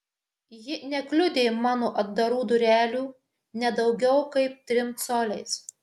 ji nekliudė mano atdarų durelių ne daugiau kaip trim coliais